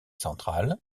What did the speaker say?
centrale